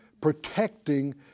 protecting